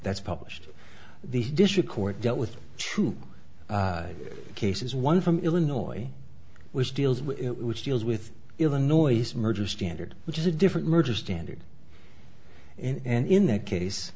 that's published in the district court dealt with two cases one from illinois which deals with it which deals with illinois merger standard which is a different merger standard and in that case